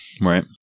right